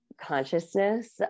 consciousness